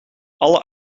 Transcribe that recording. alle